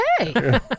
okay